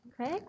okay